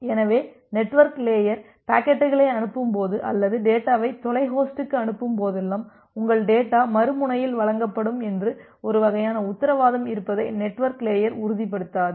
எனவே network layer பாக்கெட்டுகளை அனுப்பும்போது அல்லது டேட்டாவை தொலை ஹோஸ்டுக்கு அனுப்பும் போதெல்லாம் உங்கள் டேட்டா மறுமுனையில் வழங்கப்படும் என்று ஒரு வகையான உத்தரவாதம் இருப்பதை நெட்வொர்க் லேயர் உறுதிப்படுத்தாது